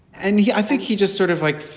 and he i think he just sort of like,